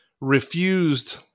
refused